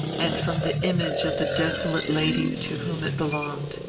and from the image of the desolate lady to whom it belonged.